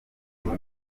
niba